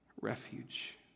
refuge